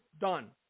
done